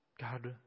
God